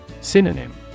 Synonym